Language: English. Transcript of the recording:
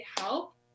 help